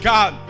God